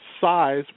size